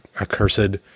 accursed